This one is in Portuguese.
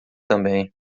também